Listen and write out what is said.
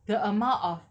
the amount of